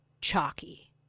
chalky